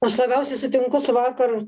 aš labiausiai sutinku su vakar